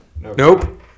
Nope